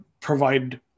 provide